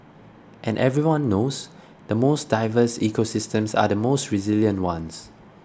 and everyone knows the most diverse ecosystems are the most resilient ones